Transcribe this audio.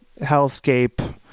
hellscape